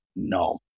No